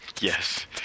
Yes